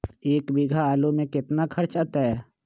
एक बीघा आलू में केतना खर्चा अतै?